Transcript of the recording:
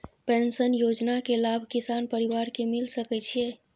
Pension योजना के लाभ किसान परिवार के मिल सके छिए?